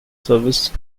service